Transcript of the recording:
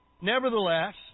Nevertheless